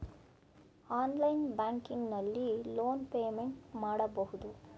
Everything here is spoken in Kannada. ಆನ್ಲೈನ್ ಬ್ಯಾಂಕಿಂಗ್ ನಲ್ಲಿ ಲೋನ್ ಪೇಮೆಂಟ್ ಮಾಡಬಹುದು